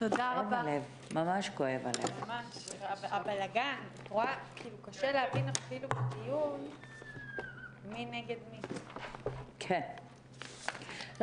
הישיבה ננעלה בשעה 12:58.